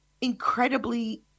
incredibly